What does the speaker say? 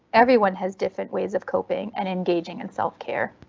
everyone has different ways of coping an engaging in self care.